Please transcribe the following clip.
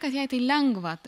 kad jai tai lengva